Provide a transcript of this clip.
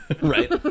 Right